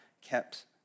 kept